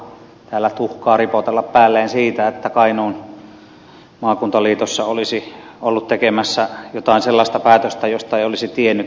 piiraisen on turha täällä tuhkaa ripotella päälleen siitä että kainuun maakuntaliitossa olisi ollut tekemässä jotain sellaista päätöstä josta ei olisi tiennyt